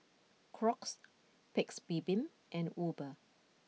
Crocs Paik's Bibim and Uber